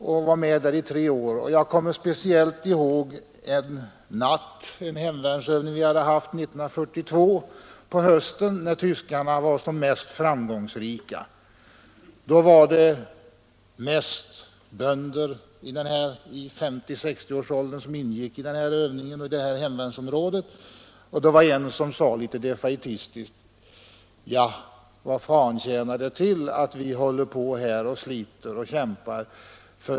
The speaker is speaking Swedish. Jag var med där i 3 år, och jag kommer speciellt ihåg en hemvärnsövning som vi hade en natt på hösten 1942 när tyskarna var som mest framgångsrika. Det var mest bönder i 50—60 årsåldern som deltog i den här övningen, och det var en som sade litet defaitistiskt: ”Vad tjänar det till att vi håller på här och sliter och kämpar?